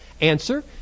Answer